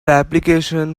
application